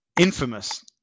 infamous